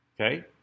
Okay